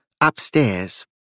Upstairs